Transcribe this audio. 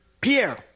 Pierre